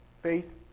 Faith